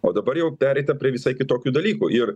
o dabar jau pereita prie visai kitokių dalykų ir